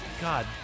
God